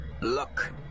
Look